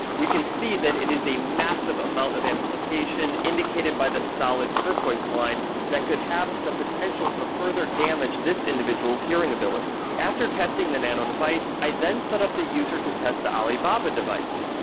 we can see that it is a massive amount of amplification, indicated by the solid turquoise line that could have the potential to further damage this individual's hearing ability. after testing the nano device i then set up the user to test the alibaba device.